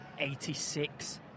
86